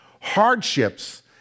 hardships